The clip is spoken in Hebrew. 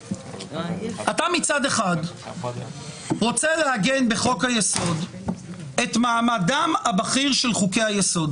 אתה מצד אחד רוצה לעגן בחוק היסוד את מעמדם הבכיר של חוקי היסוד.